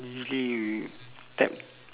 usually we tap